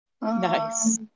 Nice